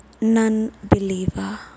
non-believer